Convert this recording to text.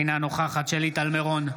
אינה נוכחת שלי טל מירון,